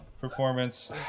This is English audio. performance